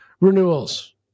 renewals